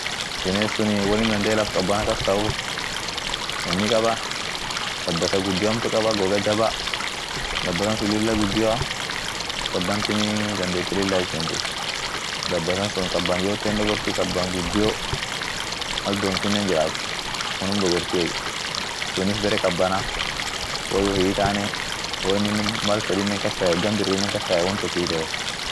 binesunii wonin dandee laf kabana kastauf wonni kaba, dabbasa gudio hamtu kaaba goga jaba dabbasa sun lilla gudioa kabantinii dadeete lilla hi ishentu, dabbasa sun kaban yoote hindogorti kaban gudio, maldoontinen jirrate, unum dogortiey, sunif bare kabana, oyyu.